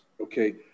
okay